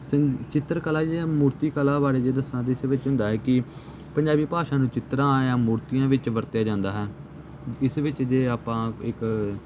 ਸੰਗ ਚਿੱਤਰਕਲਾ ਜਾਂ ਮੂਰਤੀ ਕਲਾ ਵਾਲੇ ਜੇ ਦੱਸਾਂ ਤਾਂ ਇਸ ਵਿੱਚ ਹੁੰਦਾ ਹੈ ਕਿ ਪੰਜਾਬੀ ਭਾਸ਼ਾ ਨੂੰ ਚਿੱਤਰਾਂ ਜਾਂ ਮੂਰਤੀਆਂ ਵਿੱਚ ਵਰਤਿਆ ਜਾਂਦਾ ਹੈ ਇਸ ਵਿੱਚ ਜੇ ਆਪਾਂ ਇੱਕ